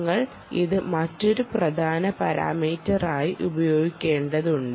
നിങ്ങൾ ഇത് മറ്റൊരു പ്രധാന പാരാമീറ്ററായി ഉപയോഗിക്കേണ്ടതുണ്ട്